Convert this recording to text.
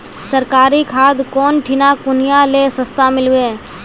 सरकारी खाद कौन ठिना कुनियाँ ले सस्ता मीलवे?